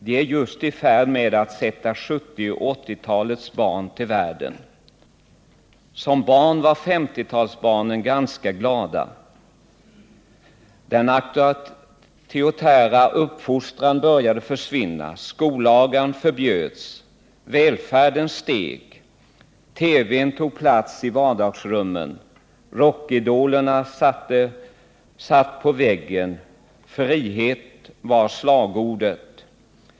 De är just i färd med att sätta 70 och 80-talens barn till världen. Som barn var 50-talsbarnen ganska glada. Den auktoritära uppfostran började försvinna. Skolagan förbjöds. Välfärden steg. TV:n tog sin plats i vardagsrummet. Rockidolerna satt på väggen. Frihet var slagordet.